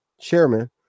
chairman